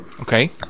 Okay